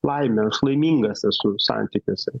laimę aš laimingas esu santykiuose